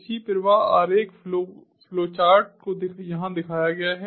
इसी प्रवाह आरेख फ़्लोचार्ट को यहाँ दिखाया गया है